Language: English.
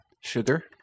Sugar